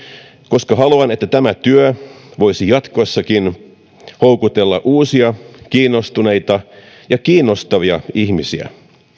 koska haluan että tämä työ voisi jatkossakin houkutella uusia kiinnostuneita ja kiinnostavia ihmisiä